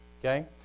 Okay